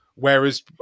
Whereas